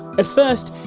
at first,